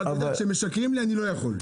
אבל כשמשקרים לי אני לא יכול.